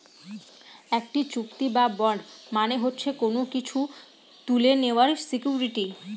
একটি চুক্তি বা বন্ড মানে হচ্ছে কোনো কিছু তুলে নেওয়ার সিকুইরিটি